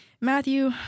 Matthew